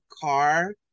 car